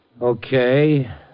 Okay